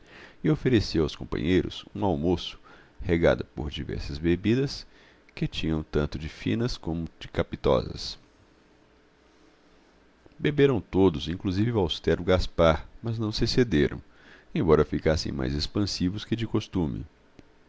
e ofereceu aos companheiros um almoço regado por diversas bebidas que tinham tanto de finas como de capitosas beberam todos inclusive o austero gaspar mas não se excederam embora ficassem mais expansivos que de costume